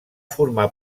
formar